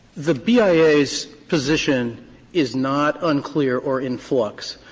the bia's position is not unclear or in flux.